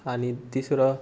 आनी तिसरो